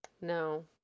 No